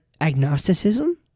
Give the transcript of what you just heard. agnosticism